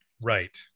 Right